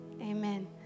amen